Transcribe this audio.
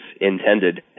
intended